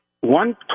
One